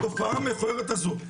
התופעה המכוערת הזאת,